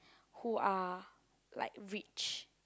who are like rich